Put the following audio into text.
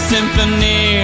Symphony